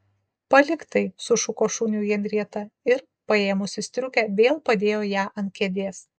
palik tai sušuko šuniui henrieta ir paėmusi striukę vėl padėjo ją ant kėdės